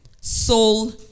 soul